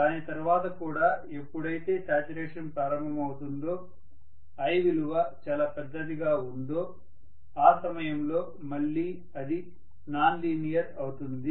దాని తర్వాత కూడా ఎప్పుడైతే శాచ్యురేషన్ ప్రారంభమవుతుందో i విలువ చాలా పెద్దదిగా ఉందో ఆ సమయంలో మళ్లీ అది నాన్ లీనియర్ అవుతుంది